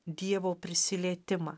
dievo prisilietimą